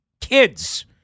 Kids